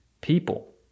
people